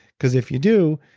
because if you do,